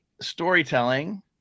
storytelling